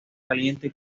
caliente